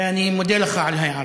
ואני מודה לך על ההערה.